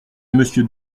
monsieur